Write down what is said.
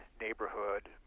neighborhood